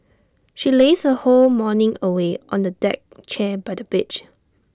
she lazed her whole morning away on A deck chair by the beach